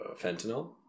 fentanyl